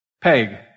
peg